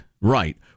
right